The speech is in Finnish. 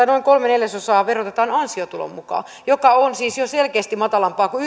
noin kolmea neljäsosaa verotetaan ansiotulon mukaan joka on siis selkeästi matalampaa kuin